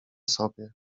sobie